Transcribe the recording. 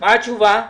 מה התשובה?